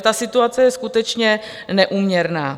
Ta situace je skutečně neúměrná.